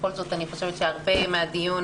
בכל זאת, אני חושבת שהרבה מהדיון